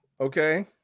okay